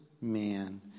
man